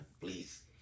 please